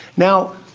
now,